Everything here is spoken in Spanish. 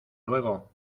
luego